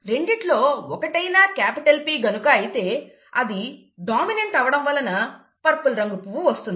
రెండిట్లో ఒకటైనా capital P గనుక అయితే అది డామినెంట్ అవడం వలన పర్పుల్ రంగు పువ్వు వస్తుంది